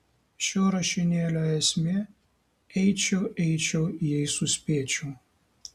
šio rašinėlio esmė eičiau eičiau jei suspėčiau